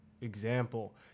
example